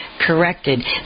corrected